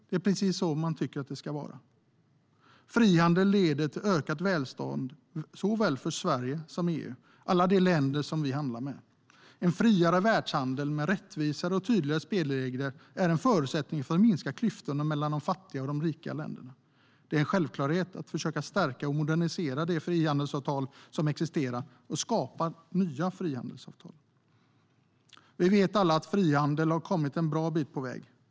Det är precis så man tycker att det ska vara. Frihandel leder till ökat välstånd för såväl Sverige som EU och alla de länder som vi handlar med. En friare världshandel med rättvisare och tydligare spelregler är en förutsättning för att minska klyftorna mellan de fattiga och de rika länderna. Det är en självklarhet att försöka stärka och modernisera de frihandelsavtal som existerar och skapa nya frihandelsavtal. Vi vet alla att frihandeln har kommit en bra bit på väg.